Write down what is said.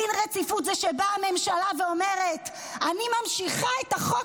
דין רציפות זה שבאה הממשלה ואומרת: אני ממשיכה את החוק